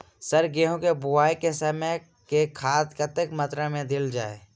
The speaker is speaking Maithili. सर गेंहूँ केँ बोवाई केँ समय केँ खाद कतेक मात्रा मे देल जाएँ?